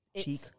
cheek